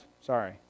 Sorry